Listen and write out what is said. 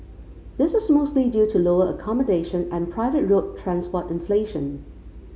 this was mostly due to lower accommodation and private road transport inflation